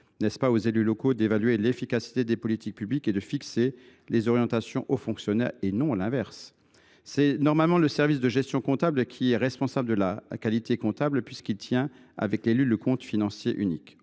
N’est ce pas aux élus locaux d’évaluer l’efficacité des politiques publiques et de fixer les orientations aux fonctionnaires, et non l’inverse ? C’est normalement le service de gestion comptable qui est responsable de la qualité comptable, puisqu’il tient, avec l’élu, le compte financier unique.